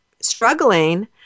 struggling